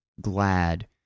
glad